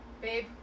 Babe